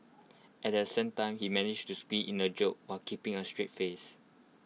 and at the same time he managed to squeeze in A joke while keeping A straight face